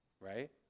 right